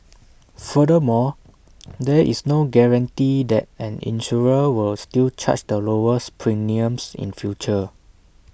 furthermore there is no guarantee that an insurer will still charge the lowest premiums in future